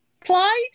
Plaid